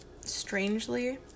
strangely